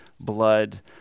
blood